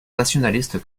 nationalistes